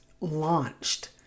launched